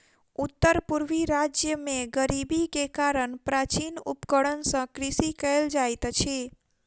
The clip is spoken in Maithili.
उत्तर पूर्वी राज्य में गरीबी के कारण प्राचीन उपकरण सॅ कृषि कयल जाइत अछि